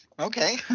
Okay